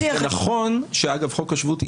זה נכון שחוק השבות,